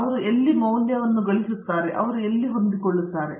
ಅವರು ಎಲ್ಲಿ ಮೌಲ್ಯವನ್ನು ನೋಡುತ್ತಾರೆ ಅಲ್ಲಿ ಅವರು ಹೊಂದಿಕೊಳ್ಳುತ್ತಾರೆ